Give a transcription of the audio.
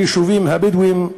ביישובים הבדואיים,